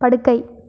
படுக்கை